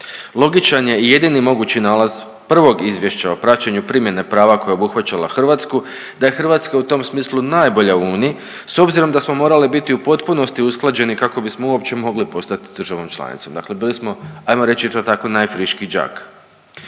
Logičan je jedini mogući nalaz prvog izvješća o praćenju primjene prava koja je obuhvaćala Hrvatsku, da je Hrvatska u tom smislu najbolja u uniji s obzirom da smo morali biti u potpunosti usklađeni kako bismo uopće mogli postati državom članicom. Dakle, bili smo ajmo reći to tako najfriškiji đak.